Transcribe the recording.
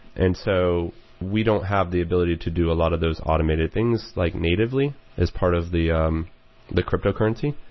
and so we don't have the ability to do a lot of those automated things, like natively as part of the um the cryptocurrency.